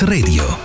Radio